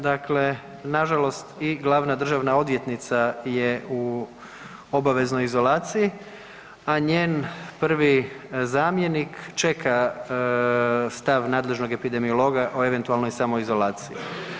Dakle, nažalost i glavna državna odvjetnica je u obaveznoj izolaciji, a njen prvi zamjenik čeka stav nadležnog epidemiologa o eventualnoj samoizolaciji.